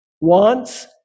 wants